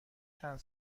چند